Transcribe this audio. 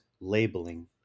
labeling